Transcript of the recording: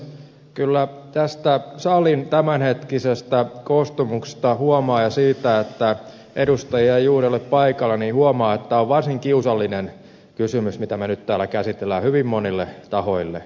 kyllä tästä salin tämänhetkisestä koostumuksesta ja siitä että edustajia ei juuri ole paikalla huomaa että tämä on varsin kiusallinen kysymys mitä me nyt täällä käsittelemme hyvin monille tahoille